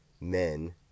men